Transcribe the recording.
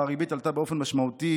שבה הריבית עלתה באופן משמעותי,